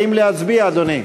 האם להצביע, אדוני?